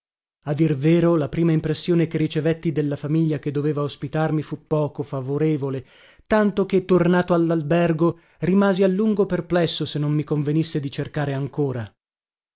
a dir vero la prima impressione che ricevetti della famiglia che doveva ospitarmi fu poco favorevole tanto che tornato allalbergo rimasi a lungo perplesso se non mi convenisse di cercare ancora